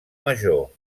major